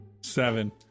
Seven